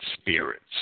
spirits